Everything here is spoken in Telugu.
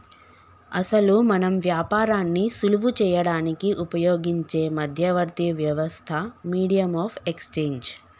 అసలు మనం వ్యాపారాన్ని సులువు చేయడానికి ఉపయోగించే మధ్యవర్తి వ్యవస్థ మీడియం ఆఫ్ ఎక్స్చేంజ్